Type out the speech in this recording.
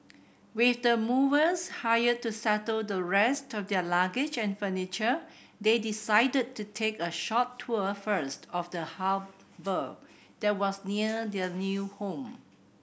with the movers hired to settle the rest of their luggage and furniture they decided to take a short tour first of the harbour that was near their new home